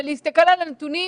ולהסתכל על הנתונים